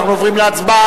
אנחנו עוברים להצבעה,